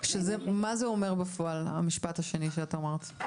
מה אומר בפועל המשפט השני שאמרת?